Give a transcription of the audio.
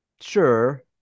sure